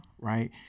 right